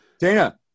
Dana